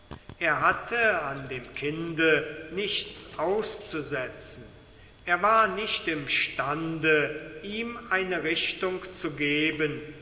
er hatte an dem kinde nichts auszusetzen er war nicht imstande ihm eine richtung zu geben